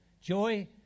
Joy